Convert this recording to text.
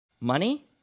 Money